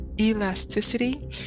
elasticity